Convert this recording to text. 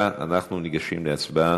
בבקשה, אנחנו ניגשים להצבעה.